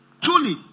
Truly